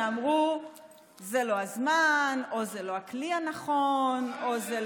מכיוון שתמיד היו כאלה שאמרו שזה לא הזמן או שזה לא הכלי הנכון או שזה